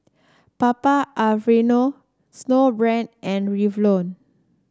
Papa Alfredo Snowbrand and Revlon